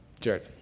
Jared